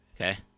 Okay